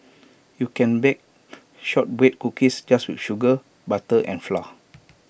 you can bake Shortbread Cookies just with sugar butter and flour